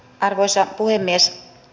arvoisa puhemies